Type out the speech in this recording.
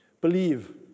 Believe